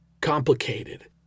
Complicated